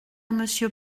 monsieur